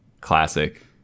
Classic